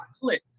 click